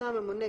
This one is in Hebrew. התשע"ט-2018,